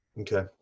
Okay